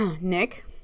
Nick